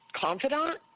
confidant